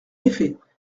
effet